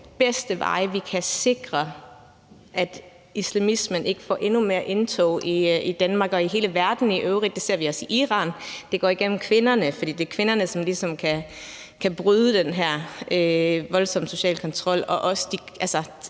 de bedste veje, vi kan gå for at sikre, at islamismen ikke får endnu mere indtog i Danmark og i hele verden i øvrigt. Det ser vi også i Iran, hvor det går gennem kvinderne. For det er kvinderne, som ligesom kan bryde den her voldsomme sociale kontrol